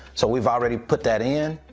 so we've already put that in.